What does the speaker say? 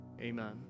Amen